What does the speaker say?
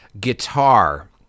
guitar